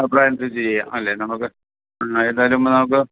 supply അനുസരിച്ച് ചെയ്യാം അല്ലേ നമുക്ക് എന്തായാലും നമുക്ക്